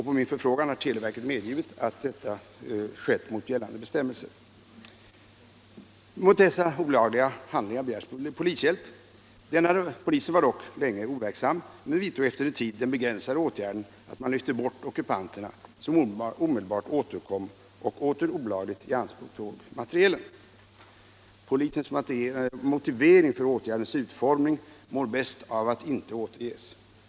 På min förfrågan har televerket medgivit att detta skett i strid mot gällande bestämmelser. Mot dessa olagliga handlingar begärdes polishjälp. Polisen var dock länge overksam men vidtog efter en tid den begränsade åtgärden att man lyfte bort ockupanterna, som omedelbart återkom och åter olagligt ianspråktog materielen. Polisens motivering för åtgärdens utformning mår bäst av att inte återges.